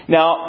Now